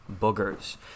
boogers